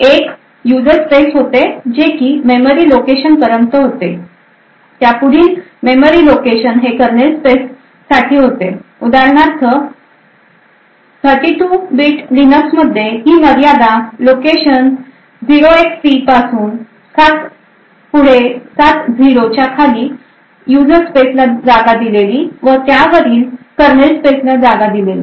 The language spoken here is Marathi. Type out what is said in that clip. एक यूजर स्पेस होते जे काही मेमरी लोकेशन पर्यंत होते त्या पुढील मेमरी लोकेशन हे करनेल स्पेस साठी होते उदाहरणार्थ 32 bit Linux मध्ये ही मर्यादा लोकेशन 0xc पुढे सात झिरो च्या खाली यूजर स्पेस ला जागा दिलेली व त्यावरील करनेल स्पेस ला जागा दिलेली